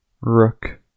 Rook